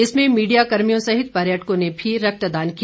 इसमें मीडिया कर्मियों सहित पर्यटकों ने भी रक्तदान किया